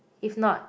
if not